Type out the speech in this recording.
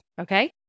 okay